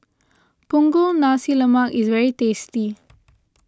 Punggol Nasi Lemak is very tasty